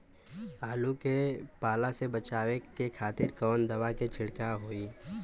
आलू के पाला से बचावे के खातिर कवन दवा के छिड़काव होई?